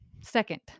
Second